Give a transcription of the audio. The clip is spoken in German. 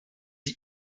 die